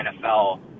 NFL